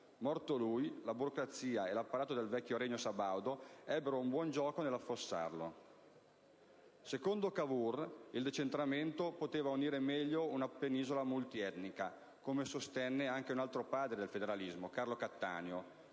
Morto lui, la burocrazia e tutto l'apparato di potere del vecchio Regno sabaudo ebbero buon gioco nell'affossarlo». Secondo Cavour, il decentramento poteva unire meglio una penisola multietnica, come sostenne anche un altro padre del federalismo: Carlo Cattaneo.